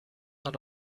not